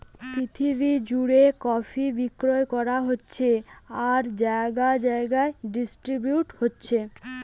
পৃথিবী জুড়ে কফি বিক্রি করা হচ্ছে আর জাগায় জাগায় ডিস্ট্রিবিউট হচ্ছে